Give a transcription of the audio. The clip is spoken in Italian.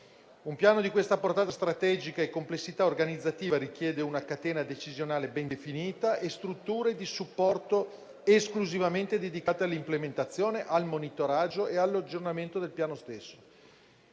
Un Piano di questa portata strategica e complessità organizzativa richiede una catena decisionale ben definita e strutture di supporto esclusivamente dedicate all'implementazione, al monitoraggio e all'aggiornamento del Piano stesso.